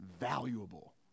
Valuable